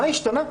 מה השתנה?